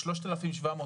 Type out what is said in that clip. ה-3,700,